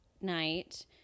night